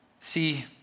See